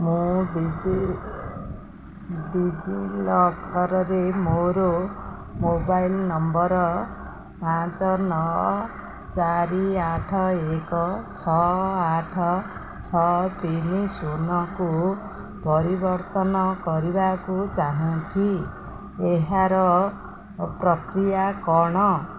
ମୁଁ digi ଲକର୍ରେ ମୋର ମୋବାଇଲ ନମ୍ବର ପାଞ୍ଚ ନଅ ଚାରି ଆଠ ଏକ ଛଅ ଆଠ ଛଅ ତିନି ଶୂନକୁ ପରିବର୍ତ୍ତନ କରିବାକୁ ଚାହୁଁଛି ଏହାର ପ୍ରକ୍ରିୟା କ'ଣ